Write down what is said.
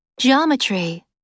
Geometry